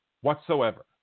whatsoever